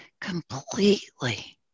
completely